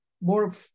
more